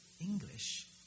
English